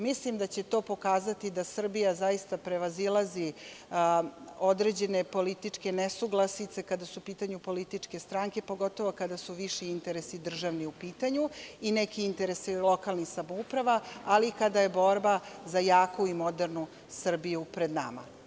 Mislim da će to pokazati da Srbija zaista prevazilazi određene političke nesuglasice kada su u pitanju političke stranke, pogotovo kada su viši interesi državni u pitanju i neki interesi lokalnih samouprava, ali i kada je borba za jaku i modernu Srbiju pred nama.